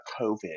COVID